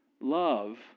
Love